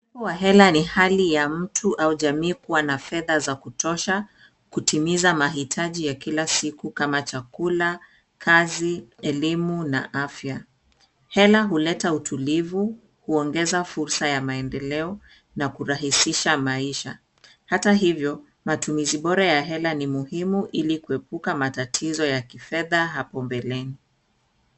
Kuwa na hela ni hali ya mtu au jamii kuwa na fedha za kutosha kutimiza mahitaji ya kila siku kama chakula, kazi, elimu na afya. Hela huleta utulivu, huongeza fursa ya maendeleo na kurahisisha maisha. Hata hivyo matumizi bora ya hela ni muhimu ili kuepuka matatizo ya kifedha hapo mbeleni.